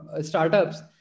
startups